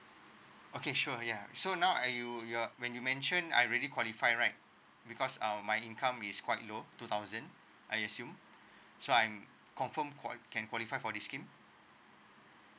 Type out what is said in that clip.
okay sure ya so now I you you are when you mention I really qualify right because um my income is quite low two thousand I assume so I'm confirm quite can qualify for this scheme